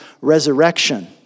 resurrection